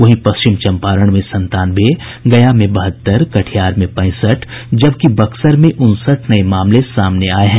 वहीं पश्चिम चंपारण में संतानवे गया में बहत्तर कटिहार में पैंसठ जबकि बक्सर में उनसठ नये मामले सामने आये हैं